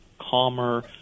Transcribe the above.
calmer